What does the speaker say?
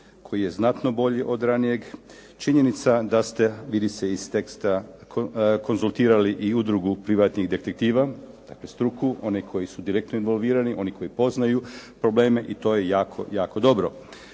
koji je znatno bolji od ranijeg. Činjenica da ste, vidi se iz teksta, konzultirali i Udrugu privatnih detektiva. Dakle, struku. One koji su direktno involvirani. Oni koji poznaju probleme i to je jako, jako dobro.